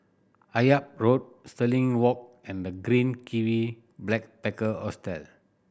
Akyab Road Stirling Walk and The Green Kiwi Backpacker Hostel